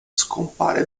scompare